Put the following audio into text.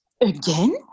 Again